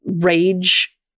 rage